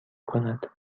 کند